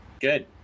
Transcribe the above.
good